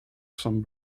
some